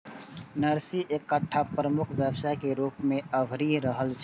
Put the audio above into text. nursery एकटा प्रमुख व्यवसाय के रूप मे अभरि रहल छै